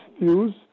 views